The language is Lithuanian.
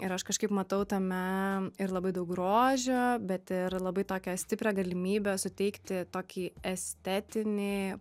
ir aš kažkaip matau tame ir labai daug grožio bet ir labai tokią stiprią galimybę suteikti tokį estetinį